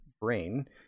brain